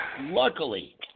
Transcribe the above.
luckily